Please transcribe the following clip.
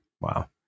Wow